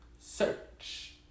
search